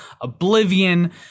Oblivion